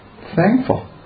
thankful